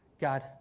God